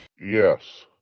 Yes